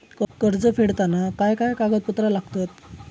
कर्ज फेडताना काय काय कागदपत्रा लागतात?